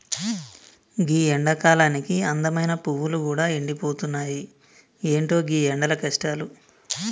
గీ ఎండకాలానికి అందమైన పువ్వులు గూడా ఎండిపోతున్నాయి, ఎంటో గీ ఎండల కష్టాలు